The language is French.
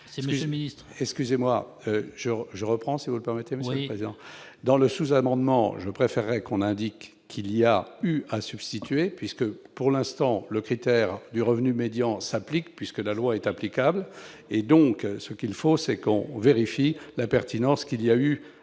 excusez-moi je je reprends, si vous le permettez Monsieur Président dans le sous-amendement, je préférerais qu'on indique qu'il y a eu à substituer puisque pour l'instant, le critère du revenu médian s'applique, puisque la loi est applicable et donc ce qu'il faut c'est qu'on vérifie la pertinence qu'il y a eu